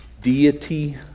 deity